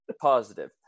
Positive